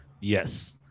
Yes